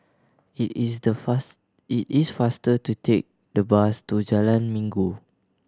it is the fast it is faster to take the bus to Jalan Minggu